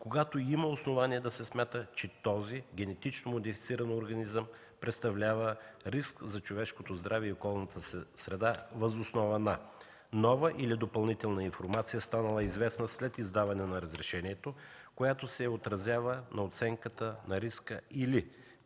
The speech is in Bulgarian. когато има основание да се смята, че този генетично модифициран организъм представлява риск за човешкото здраве и околната среда въз основа на нова или допълнителна информация, станала известна след издаване на разрешението, която се отразява на оценката на риска, или